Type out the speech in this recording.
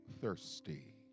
thirsty